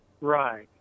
Right